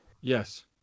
yes